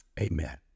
Amen